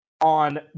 on